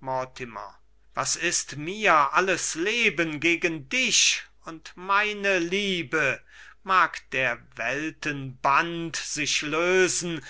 mortimer was ist mir alles leben gegen dich und meine liebe mag der welten band sich lösen